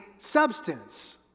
substance